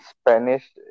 Spanish